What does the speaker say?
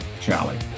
Charlie